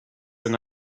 and